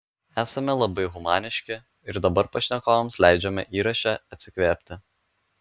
esame labai humaniški ir dabar pašnekovams leidžiame įraše atsikvėpti